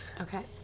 Okay